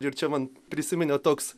ir čia man prisiminė toks